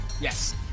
Yes